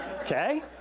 Okay